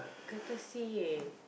courtesy eh